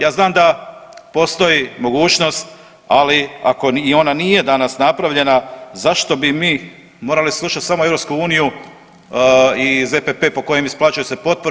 Ja znam da postoji mogućnost, ali ako i ona nije danas napravljena zašto bi mi morali slušati samo EU i ZPP po kojem se isplaćuju potpore?